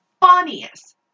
funniest